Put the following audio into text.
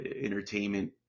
entertainment